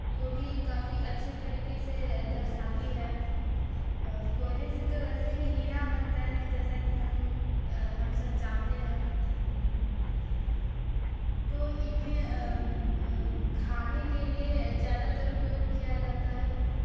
को भी काफ़ी अच्छे तरीक़े से दर्शाती है कोयले से तो वैसे भी हीरा बनता है जैसा कि हम लोग हम सब जानते हैं तो इन्हे खाने के लिए ज़्यादातर उपयोग किया जाता है